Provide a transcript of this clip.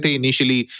initially